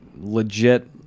legit